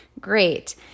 great